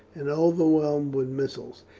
and overwhelmed with missiles.